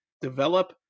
develop